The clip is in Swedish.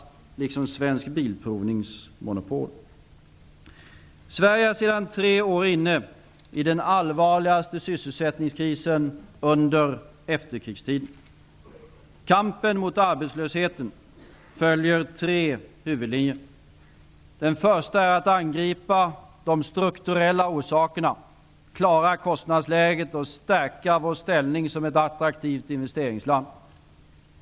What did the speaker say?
Sverige är sedan tre år inne i den allvarligaste sysselsättningskrisen under efterkrigstiden. Kampen mot arbetslösheten följer tre huvudlinjer. Den första är att angripa de strukturella orsakerna, klara kostnadsläget och stärka Sveriges ställning som ett attraktivt investeringsland.